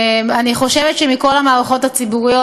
אני חושבת שמכל המערכות הציבוריות,